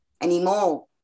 anymore